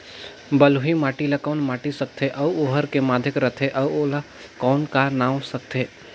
बलुही माटी ला कौन माटी सकथे अउ ओहार के माधेक राथे अउ ओला कौन का नाव सकथे?